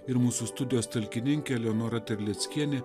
ir mūsų studijos talkininkė leonora terleckienė